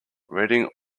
reading